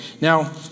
Now